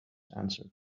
answered